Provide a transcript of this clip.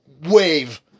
wave